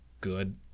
good